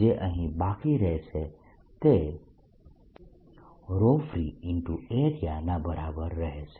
જે અહીં બાકી રહેશે તે free × Area ના બરાબર રહેશે